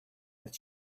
that